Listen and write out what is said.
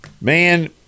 man